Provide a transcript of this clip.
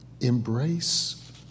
embrace